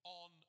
on